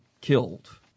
killed